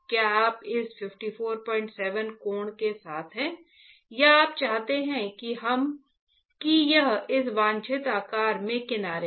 क्या आप इस 547 कोण के साथ हैं या आप चाहते हैं कि यह इस वांछित आकार में किनारे हो